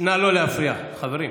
נא לא להפריע, חברים.